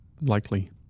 likely